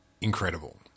incredible